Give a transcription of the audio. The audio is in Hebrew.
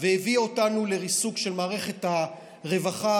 והביאה אותנו לריסוק של מערכות הרווחה,